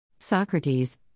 Socrates